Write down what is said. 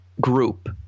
group